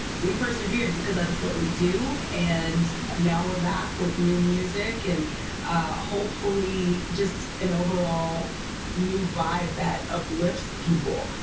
we persevered because that's what we do and now we're back with new music and hopefully just an overall new vibe that uplifts people.